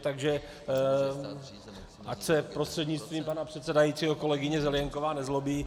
Takže ať se, prostřednictvím pana předsedajícího kolegyně Zelienková, nezlobí.